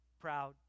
proud